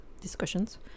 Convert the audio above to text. discussions